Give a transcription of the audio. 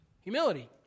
humility